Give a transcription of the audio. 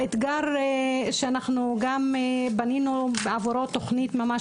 האתגר שאנחנו גם בנינו בעבורו תוכנית ממש